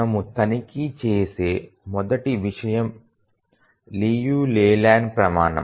మనము తనిఖీ చేసే మొదటి విషయం లియు లేలాండ్ ప్రమాణం